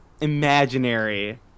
imaginary